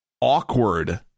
awkward